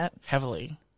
heavily